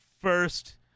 first